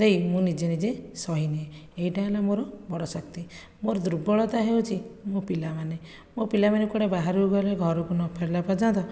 ଦେଇ ମୁଁ ନିଜେ ନିଜେ ସହିନିଏ ଏଇଟା ହେଲା ମୋର ବଡ଼ ଶକ୍ତି ମୋର ଦୁର୍ବଳତା ହେଉଛି ମୋ' ପିଲାମାନେ ମୋ' ପିଲାମାନେ କୁଆଡ଼େ ବାହାରକୁ ଗଲେ ଘରକୁ ନଫେରିଲା ପର୍ଯ୍ୟନ୍ତ